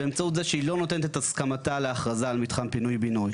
באמצעות זה שהיא לא נותנת את הסכמתה להכרזה על מתחם פינוי בינוי.